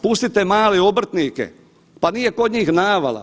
Pustite male obrtnike, pa nije kod njih navala.